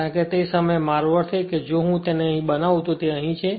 કારણ કે તે સમયે મારો અર્થ તે છે કે જો હું તેને અહીં બનાવું તો તે અહીં છે